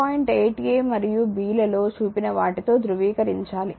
8 a మరియు b లలో చూపిన వాటితో ధృవీకరించాలి